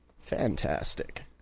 Fantastic